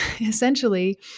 essentially